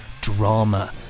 drama